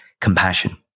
compassion